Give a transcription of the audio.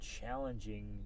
challenging